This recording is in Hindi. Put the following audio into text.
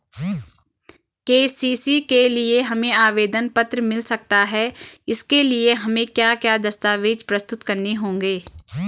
के.सी.सी के लिए हमें आवेदन पत्र मिल सकता है इसके लिए हमें क्या क्या दस्तावेज़ प्रस्तुत करने होंगे?